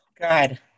God